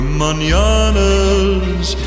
mananas